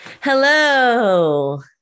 Hello